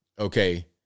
Okay